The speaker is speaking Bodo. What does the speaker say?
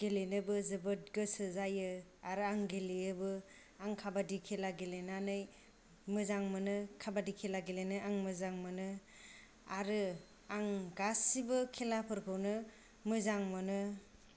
गेलेनोबो जोबोद गोसो जायो आरो आं गेलेयोबो आं खाबादि खेला गेलेनानै मोजां मोनो खाबादि खेला गेलेनो आं मोजां मोनो आरो आं गासिबो खेलाफोरखौनो मोजां मोनो